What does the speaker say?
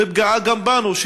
זוהי פגיעה גם בנו,